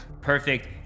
Perfect